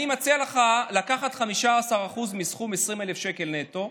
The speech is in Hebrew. אני מציע לך לקחת 15% מסכום 20,000 שקל נטו,